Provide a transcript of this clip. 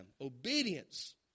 Obedience